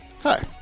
Hi